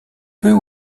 peut